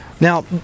Now